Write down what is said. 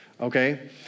Okay